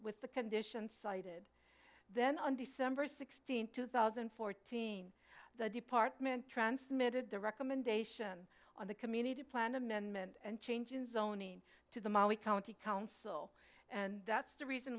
with the condition cited then on december sixteenth two thousand and fourteen the department transmitted the recommendation on the community plan amendment and changes zoning to the molly county council and that's the reason